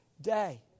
day